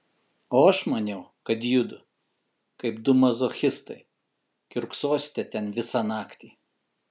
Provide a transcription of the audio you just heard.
o aš maniau kad judu kaip du mazochistai kiurksosite ten visą naktį